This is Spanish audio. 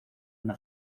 una